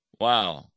Wow